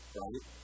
right